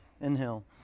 Inhale